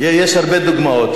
יש הרבה דוגמאות.